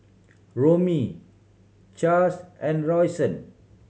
Romie Chaz and Rayshawn